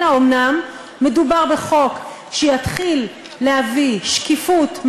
האם אומנם מדובר בחוק שיתחיל להביא שקיפות,